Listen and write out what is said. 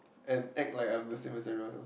and act like I am the same as everyone else